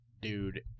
dude